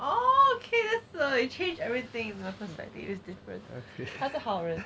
oh okay that change everything in the first admit 他是好人